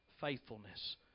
faithfulness